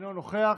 אינו נוכח,